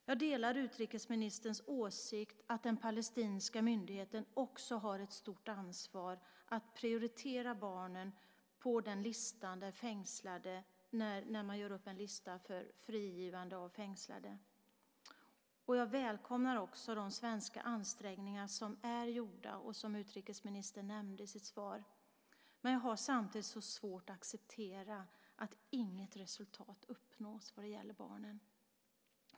Jag delar utrikesministerns åsikt att den palestinska myndigheten också har ett stort ansvar att prioritera barnen när man gör upp en lista för frigivande av fängslade. Jag välkomnar också de svenska ansträngningar som är gjorda och som utrikesministern nämnde i sitt svar, men jag har samtidigt så svårt att acceptera att inget resultat uppnås när det gäller barnen.